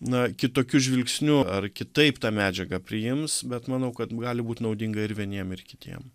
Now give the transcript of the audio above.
na kitokiu žvilgsniu ar kitaip tą medžiagą priims bet manau kad gali būt naudinga ir vieniem ir kitiem